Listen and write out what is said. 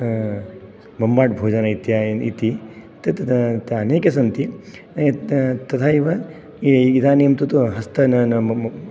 मोम्माड्भोजन इत्यायन् इति तत् तानेके सन्ति तथैव इदानीं तु हस्त